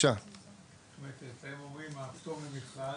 אתם אומרים הפטור ממכרז,